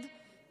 כל תלמיד,